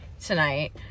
tonight